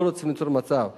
לא רוצים ליצור מצב כזה.